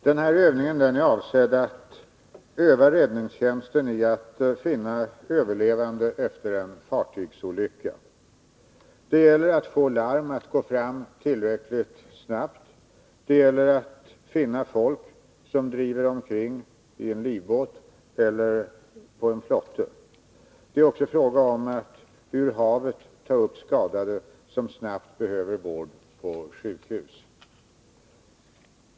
Fru talman! Den här övningen är avsedd att träna räddningstjänsten i att finna överlevande efter en fartygsolycka. Det gäller att få larm att gå fram tillräckligt snabbt och att finna folk som driver omkring i en livbåt eller på en flotte. Det gäller också att ur havet ta upp skadade som snabbt behöver vård på sjukhus.